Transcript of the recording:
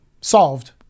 solved